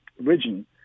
region